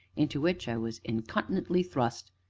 into which i was incontinently thrust,